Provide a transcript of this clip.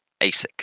ASIC